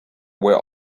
were